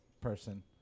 person